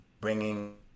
bringing